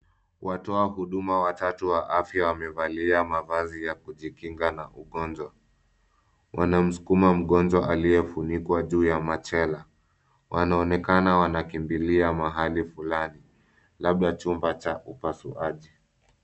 Watoa huduma watatu wa afya wamevalia mavazi ya kujikinga na ugonjwa. Wanamsukuma mgonjwa aliyefunikwa juu ya machela. Wanaonekana wanakimbilia mahali fulani, labda chumba cha upasuaji.